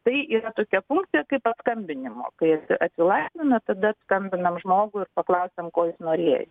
tai yra tokie punktai kaip paskambinimo kai atsilaisvina tada skambinam žmogui ir paklausiam ko jis norėjo